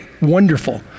wonderful